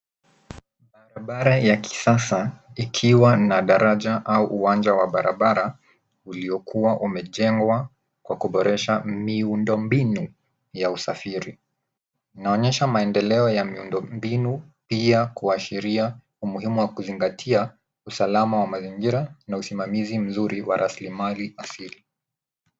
Barabara ya kisasa ikiwa na daraja au uwanja wa barabara uliokuwa umejengwa kwa kuboresha miundombinu ya usafiri. Inaonesha maendeleo ya miundombinu pia kuashiria umuhimu wa kuzingatia usalama wa mazingira na usimamizi mzuri wa rasilimali asili.